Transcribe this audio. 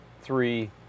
three